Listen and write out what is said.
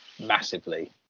massively